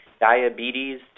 diabetes